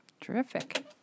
Terrific